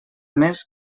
més